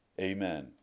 Amen